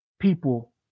people